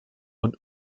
und